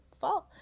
fault